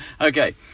Okay